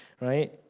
right